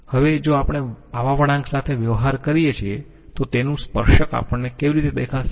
હવે જો આપણે આવા વળાંક સાથે વ્યવહાર કરીયે છીએ તો તેનું સ્પર્શક આપણને કેવી રીતે દેખાશે